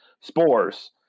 spores